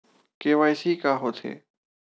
KYC का होथे?